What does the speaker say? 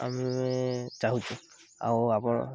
ଆମେ ଚାହୁଁଛୁ ଆଉ ଆପଣ